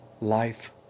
life